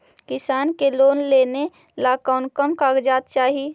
किसान के लोन लेने ला कोन कोन कागजात चाही?